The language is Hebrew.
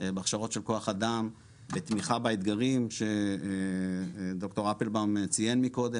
בהכשרות של כוח אדם לתמיכה באתגרים שד"ר אפלבאום ציין מקודם,